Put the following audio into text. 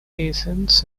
athens